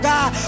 God